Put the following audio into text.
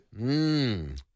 Mmm